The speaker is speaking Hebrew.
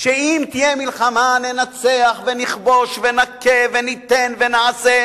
שאם תהיה מלחמה ננצח ונכבוש ונכה וניתן ונעשה,